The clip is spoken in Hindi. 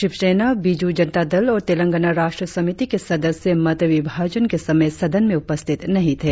शिवसेना बीजू जनतादल और तेलंगाना राष्ट्र समिति के सदस्य मत विभाजन के समय सदन में उपस्थित नही थें